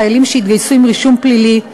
בחיילים שהתגייסו עם רישום פלילי,